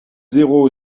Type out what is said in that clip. zéro